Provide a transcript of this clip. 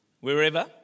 wherever